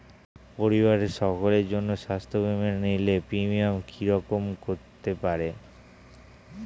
পরিবারের সকলের জন্য স্বাস্থ্য বীমা নিলে প্রিমিয়াম কি রকম করতে পারে?